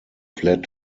fled